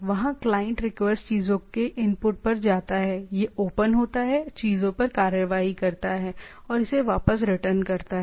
वहां client request चीजों के इनपुट पर जाता है यह ओपन होता है चीजों पर कार्रवाई करता है और इसे वापस रिटर्न करता है